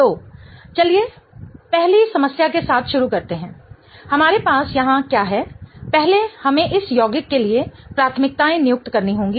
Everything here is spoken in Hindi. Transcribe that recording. तो चलो पहली समस्या के साथ शुरू करते हैं हमारे पास यहां क्या है पहले हमें इस योगिक के लिए प्राथमिकताएं नियुक्त करनी होगी